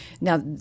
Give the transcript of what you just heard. Now